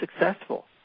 successful